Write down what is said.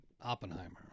Oppenheimer